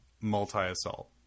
multi-assault